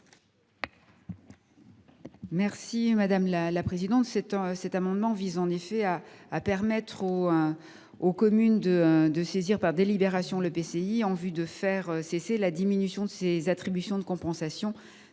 l’avis de la commission ? Cet amendement vise à permettre aux communes de saisir par délibération l’EPCI en vue de faire cesser la diminution de leurs attributions de compensation